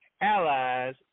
allies